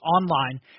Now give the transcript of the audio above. online